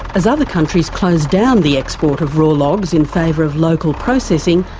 as other countries close down the export of raw logs in favour of local processing,